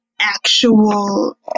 actual